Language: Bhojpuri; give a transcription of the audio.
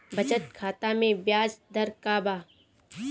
बचत खाता मे ब्याज दर का बा?